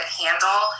handle